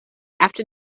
after